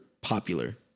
popular